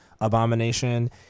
abomination